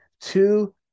two